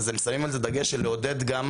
הם שמים על זה דגש של לעודד גם